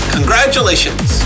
Congratulations